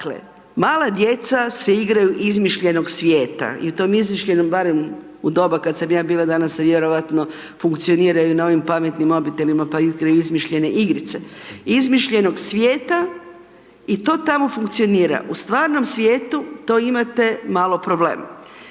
mala djeca se igraju izmišljenog svijeta i u tom izmišljenom, barem u doba kad sam ja bila, danas se vjerojatno funkcioniraju na ovim pametnim mobitelima pa igraju izmišljene igrice, izmišljenog svijeta i to tamo funkcionira. U stvarnom svijetu to imate malo problem.